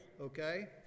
okay